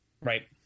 right